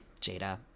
Jada